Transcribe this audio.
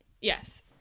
Yes